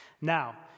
Now